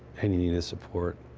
i needed a support.